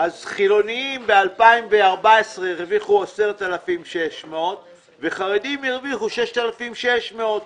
החילוניים בשנת 2014 הרוויחו 10,600 שקלים והחרדים הרוויחו 6,600 שקלים,